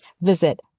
visit